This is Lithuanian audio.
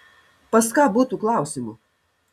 pas ką būtų klausimų